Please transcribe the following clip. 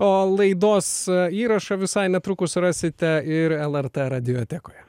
o laidos įrašą visai netrukus rasite ir lrt radiotekoje